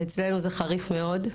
אצלנו זה חריף מאוד,